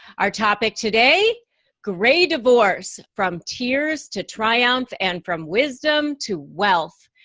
our topic today gray divorce from tears to triumph and from wisdom to wealth.